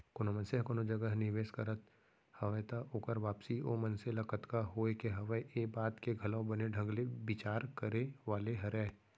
कोनो मनसे ह कोनो जगह निवेस करत हवय त ओकर वापसी ओ मनसे ल कतका होय के हवय ये बात के घलौ बने ढंग ले बिचार करे वाले हरय